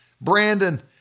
Brandon